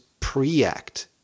Preact